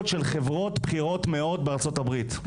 של חברות בכירות מאוד בארצות-הברית,